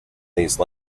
these